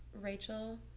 Rachel